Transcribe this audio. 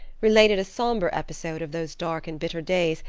related a somber episode of those dark and bitter days,